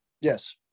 Yes